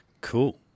Cool